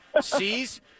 sees